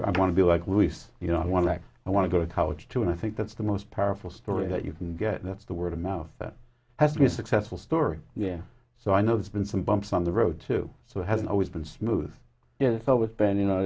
i want to be like luis you don't want to i want to go to college too and i think that's the most powerful story that you can get that's the word of mouth that has to be successful story yeah so i know there's been some bumps on the road too so it hasn't always been smooth it it's always been you know